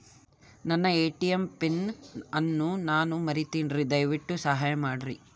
ನನ್ನ ATM pin ಅನ್ನು ನಾನು ಮರಿತಿನ್ರಿ, ದಯವಿಟ್ಟು ಸಹಾಯ ಮಾಡ್ರಿ